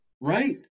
Right